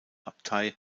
abtei